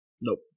Nope